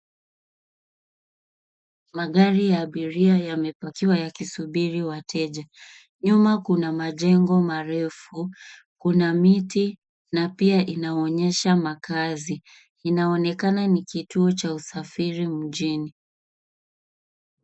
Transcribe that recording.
Magari ya abiria yamepakiwa yakisubiri wateja. Nyuma kuna majengo marefu kuna miti na pia inaonyesha makazi ,inaonekana ni kituo cha usafiri mjini.